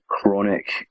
chronic